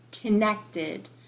connected